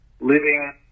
living